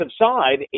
side